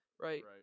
Right